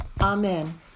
Amen